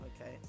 okay